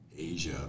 Asia